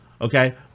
Okay